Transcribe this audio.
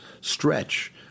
stretch